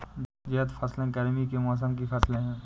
ज़ैद फ़सलें गर्मी के मौसम की फ़सलें हैं